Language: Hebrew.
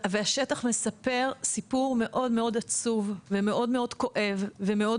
והשטח מספר סיפור מאוד מאוד עצוב ומאוד מאוד כואב ומאוד